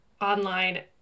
online